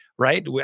Right